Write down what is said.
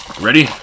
Ready